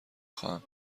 خواهم